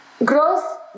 Growth